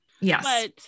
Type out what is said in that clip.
yes